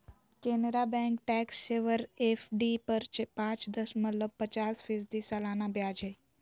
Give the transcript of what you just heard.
Canara bank tax saver FD पर पाच दशमलब पचास फीसदी सालाना ब्याज हइ